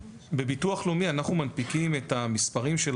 בביטוח לאומי אנחנו מנפיקים את המספרים של